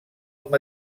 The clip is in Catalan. amb